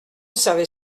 savez